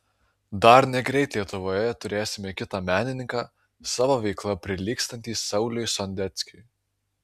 dar negreit lietuvoje turėsime kitą menininką savo veikla prilygstantį sauliui sondeckiui